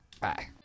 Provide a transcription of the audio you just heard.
bye